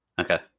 Okay